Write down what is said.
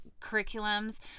curriculums